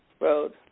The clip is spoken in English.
Road